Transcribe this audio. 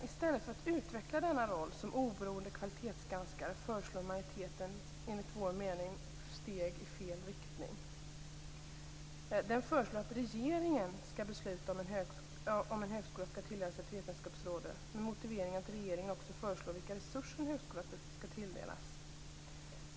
I stället för att utveckla denna roll som oberoende kvalitetsgranskare föreslår majoriteten enligt vår mening steg i fel riktning. Den föreslår att regeringen skall besluta om en högskola skall tilldelas ett vetenskapsområde, med motiveringen att regeringen också föreslår vilka resurser en högskola skall tilldelas.